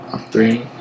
three